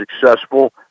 successful